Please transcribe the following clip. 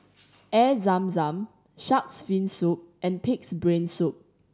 Air Zam Zam Shark's Fin Soup and Pig's Brain Soup